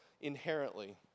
inherently